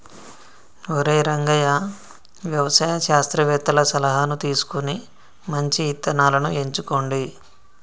ఒరై రంగయ్య వ్యవసాయ శాస్త్రవేతల సలహాను తీసుకొని మంచి ఇత్తనాలను ఎంచుకోండి